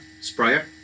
sprayer